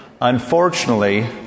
Unfortunately